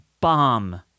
bomb